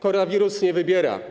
Koronawirus nie wybiera.